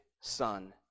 Son